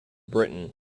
britain